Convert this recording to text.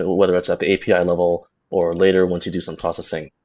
whether it's at the api ah level or later once you do some processing.